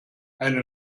eine